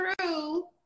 true